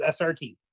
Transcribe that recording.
SRT